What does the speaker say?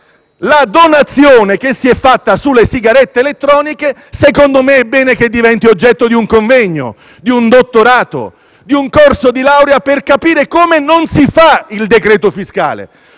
La donazione che si è fatta sulle sigarette elettroniche, a mio avviso, è bene che diventi oggetto di un convegno, di un dottorato, di un corso di laurea per capire come non si fa il decreto-legge fiscale,